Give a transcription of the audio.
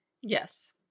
Yes